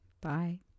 Bye